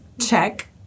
check